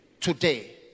today